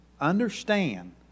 Understand